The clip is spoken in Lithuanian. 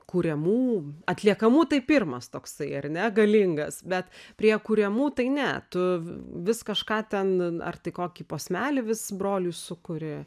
kuriamų atliekamų tai pirmas toksai ar ne galingas bet prie kuriamų tai ne tu vis kažką ten ar tai kokį posmelį vis broliui sukuri